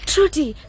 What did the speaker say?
Trudy